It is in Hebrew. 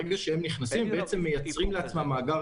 ברגע שהם נכנסים הם בעצם מייצרים לעצמם מאגר